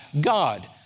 God